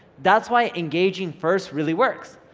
that's why engaging first really works.